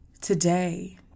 today